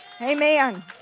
Amen